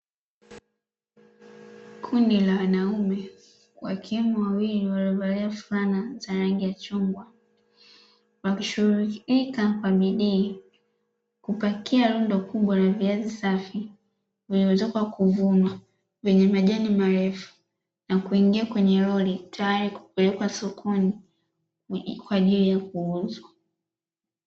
Kundi la wanaume wakiwemo wawili walivalia fulani za rangi ya chungwa, wakishuhulika kwa bidii kupakia rundo kubwa la viazi, safi vilivyotoka kuvunwa vyenye majani marefu na kuingia kwenye lori, tayari kupelekwa sokoni kwa ajili ya kuuzwa.